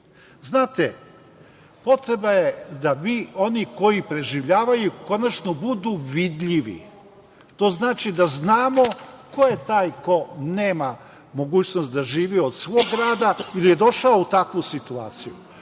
karte. Potreba je da oni koji preživljavaju konačno budu vidljivi. To znači da znamo ko je taj ko nema mogućnost da živi od svog rada ili je došao u takvu situaciju,